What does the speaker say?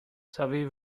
savez